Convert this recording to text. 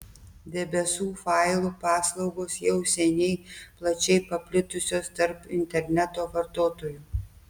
debesų failų paslaugos jau seniai plačiai paplitusios tarp interneto vartotojų